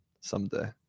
someday